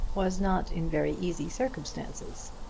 was not in very easy circumstances.